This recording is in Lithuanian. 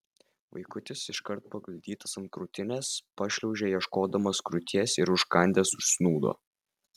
vaikutis iškart paguldytas ant krūtinės pašliaužė ieškodamas krūties ir užkandęs užsnūdo